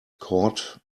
caught